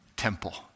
temple